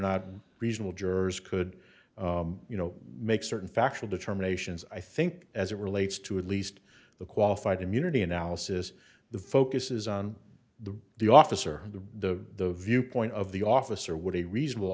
not reasonable jurors could you know make certain factual determinations i think as it relates to at least the qualified immunity analysis the focus is on the the officer the viewpoint of the officer would a reasonable